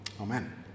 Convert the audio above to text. Amen